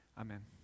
Amen